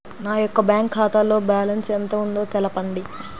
నా యొక్క బ్యాంక్ ఖాతాలో బ్యాలెన్స్ ఎంత ఉందో తెలపండి?